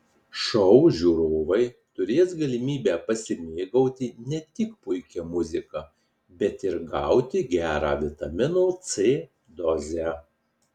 šou žiūrovai turės galimybę pasimėgauti ne tik puikia muzika bet ir gauti gerą vitamino c dozę